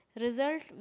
result